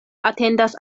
atendas